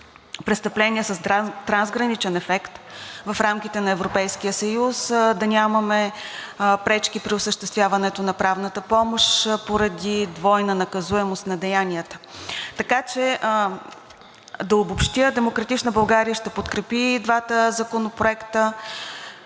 престъпления с трансграничен ефект в рамките на Европейския съюз, да нямаме пречки при осъществяването на правната помощ поради двойна наказуемост на деянията. Така че да обобщя – „Демократична България“ ще подкрепи двата законопроекта